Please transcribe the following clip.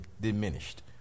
diminished